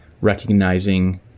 recognizing